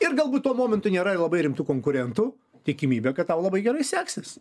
ir galbūt tuo momentu nėra labai rimtų konkurentų tikimybė kad tau labai gerai seksis